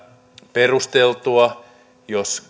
perusteltua jos